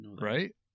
Right